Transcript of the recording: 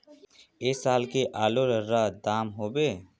ऐ साल की आलूर र दाम होबे?